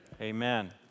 Amen